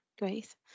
great